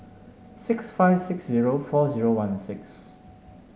six five six zero four zero one six